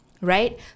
right